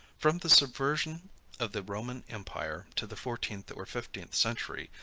from the subversion of the roman empire, to the fourteenth or fifteenth century,